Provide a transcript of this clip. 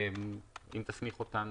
אם תסמיך אותנו,